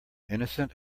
innocent